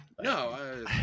No